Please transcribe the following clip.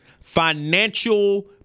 financial